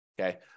okay